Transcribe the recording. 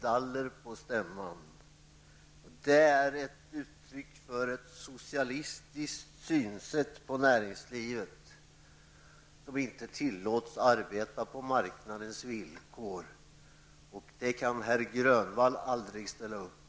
daller på stämman. Det är ett uttryck för en socialistisk syn på näringslivet, som inte tillåts arbeta på marknadens villkor, och det kan herr Grönvall aldrig ställa upp på.